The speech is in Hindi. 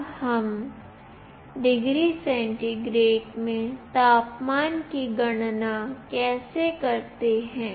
अब हम डिग्री सेंटीग्रेड में तापमान की गणना कैसे करते हैं